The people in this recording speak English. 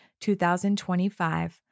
2025